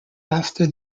after